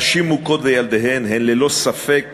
נשים מוכות וילדיהן הם ללא ספק